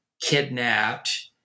kidnapped